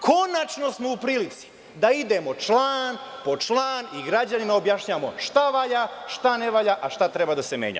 Konačno smo u prilici da idemo član po član i građanima objašnjavamo šta valja, šta ne valja, a šta treba da se menja.